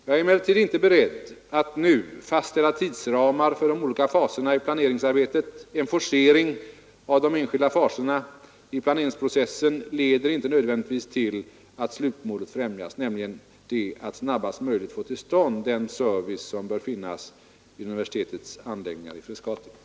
Jag är emellertid inte beredd att nu fastställa tidsramar för de olika faserna i planeringsarbetet. En forcering av de enskilda faserna i planeringsprocessen leder inte nödvändigtvis till att slutmålet främjas — nämligen det att snabbast möjligt få till stånd den service som bör finnas vid universitetets anläggningar i Frescati.